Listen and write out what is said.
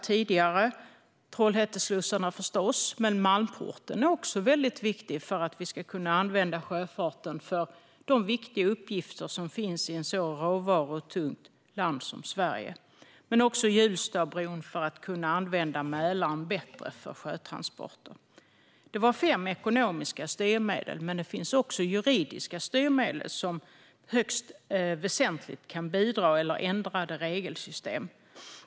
Det gäller förstås Trollhätteslussarna, men Malmporten är också väldigt viktig för att kunna använda sjöfarten för de viktiga uppgifter som finns i ett så råvarutungt land som Sverige. Även Hjulstabron är viktig för att bättre kunna använda Mälaren för transporter. Detta var fem ekonomiska styrmedel, men det finns också juridiska styrmedel, som högst väsentligt kan bidra, eller ändrade regelsystem.